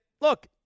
look